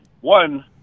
One